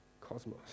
cosmos